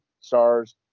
stars